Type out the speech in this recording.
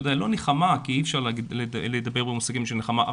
לא נחמה כי אי אפשר לדבר במושגים של נחמה,